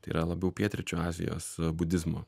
tai yra labiau pietryčių azijos budizmo